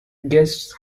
guests